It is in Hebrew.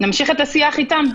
נמשיך את השיח איתם.